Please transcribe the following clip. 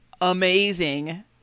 amazing